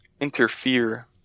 interfere